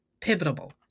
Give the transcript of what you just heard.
pivotal